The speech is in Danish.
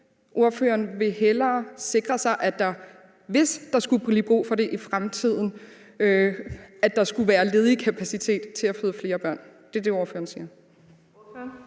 Ordføreren vil hellere sikre sig, at der, hvis der skulle blive brug for det i fremtiden, er ledig kapacitet til, at der kan blive født flere børn? Det er det, ordføreren siger?